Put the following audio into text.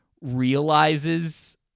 realizes